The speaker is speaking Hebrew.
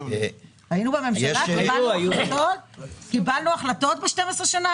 לוקחים את הנושא הזה בשיא הרצינות.